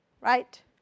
right